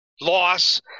loss